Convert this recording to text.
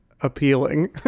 appealing